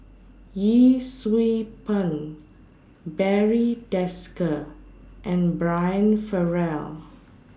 Yee Siew Pun Barry Desker and Brian Farrell